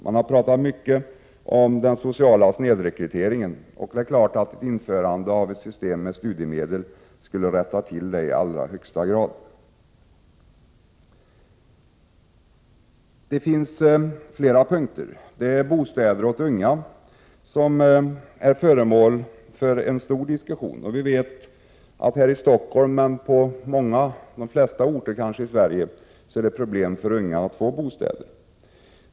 Man har pratat mycket om den sociala snedrekryteringen, och det är klart att införande av ett system med studielön skulle rätta till den bristen i allra högsta grad. Det finns fler punkter att redovisa. Frågan om bostäder åt unga är föremål för en stor diskussion. Här i Stockholm, och kanske på de flesta orter i Sverige, är det problem för unga när det gäller att få bostäder.